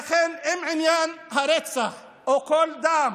לכן, אם עניין הרצח, או כל דם